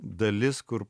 dalis kur